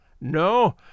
No